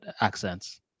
accents